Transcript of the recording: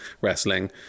wrestling